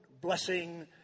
blessing